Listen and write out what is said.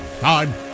time